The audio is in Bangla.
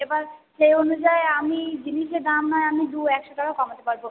এবার সেই অনুযায়ী আমি জিনিসের দাম নয় আমি দু একশো টাকা কমাতে পারবো